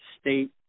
State